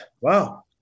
wow